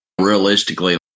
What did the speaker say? realistically